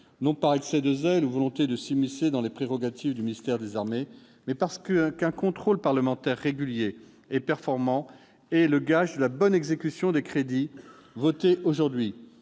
non par excès de zèle ou volonté de s'immiscer dans les prérogatives du ministère des armées, mais parce qu'un contrôle parlementaire régulier et performant est le gage de la bonne exécution des crédits votés aujourd'hui.